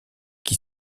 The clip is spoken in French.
qui